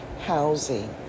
housing